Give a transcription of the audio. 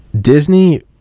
Disney